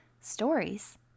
Stories